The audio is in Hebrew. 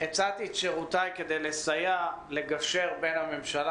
הצעתי את שירותיי כדי לסייע לגשר בין הממשלה